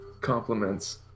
compliments